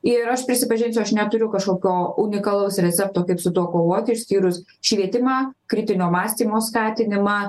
ir aš prisipažinsiu aš neturiu kažkokio unikalaus recepto kaip su tuo kovoti išskyrus švietimą kritinio mąstymo skatinimą